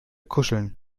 kuscheln